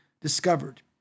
discovered